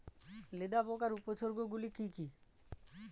লেদা পোকার উপসর্গগুলি কি কি?